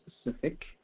specific